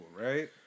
right